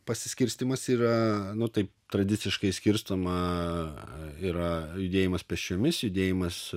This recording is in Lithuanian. pasiskirstymas yra nu taip tradiciškai skirstoma yra judėjimas pėsčiomis judėjimas